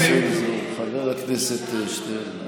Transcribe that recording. חבר הכנסת שטרן,